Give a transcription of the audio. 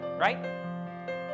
Right